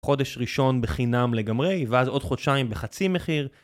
חודש ראשון בחינם לגמרי, ואז עוד חודשיים בחצי מחיר.